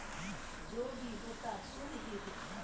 हमरा एकाउंट मे पाई नै रहला पर हम नगद कर्जा सधा सकैत छी नै?